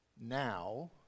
now